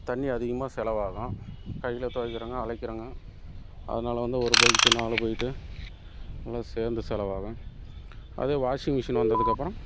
தண்ணி அதிகமாக செலவாகும் கையில் துவைக்கிறோங்க அலைக்கிறோங்க அதனால் வந்து ஒரு பக்கெட்டு நாலு பக்கெட்டு இன்னும் சேர்ந்து செலவாகும் அதே வாஷிங் மிஷின் வந்ததுக்கப்புறம்